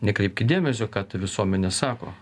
nekreipkit dėmesio ką ta visuomenė sako